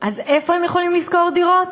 אז איפה הם יכולים לשכור דירות?